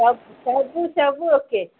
ସବ ସବୁ ସବୁ ଓକେ